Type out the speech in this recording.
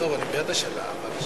אהרונוביץ.